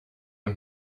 und